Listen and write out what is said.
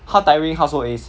how tiring household is